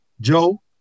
Joe